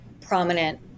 prominent